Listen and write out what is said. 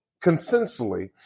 consensually